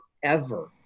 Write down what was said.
forever